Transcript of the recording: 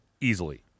easily